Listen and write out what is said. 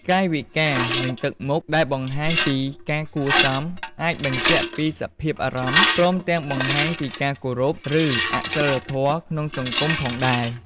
កាយវិការ និងទឹកមុខដែលបង្ហាញពីការគួរសម អាចបញ្ជាក់ពីសភាពអារម្មណ៍ ព្រមទាំងបង្ហាញពីការគោរព ឬអសីលធម៌ក្នុងសង្គមផងដែរ។